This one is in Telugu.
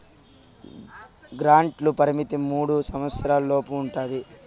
గ్రాంట్ల పరిమితి మూడు సంవచ్చరాల లోపు ఉంటది